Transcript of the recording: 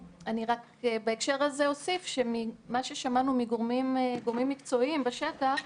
בהקשר הזה אני רק אוסיף שממה ששמענו מגורמים מקצועיים בשטח,